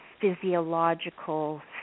physiological